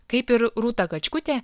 kaip ir rūta kačkutė